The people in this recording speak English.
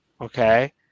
okay